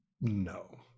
no